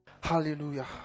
Hallelujah